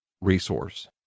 resource